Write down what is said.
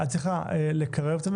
ניגש להקראה.